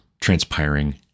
transpiring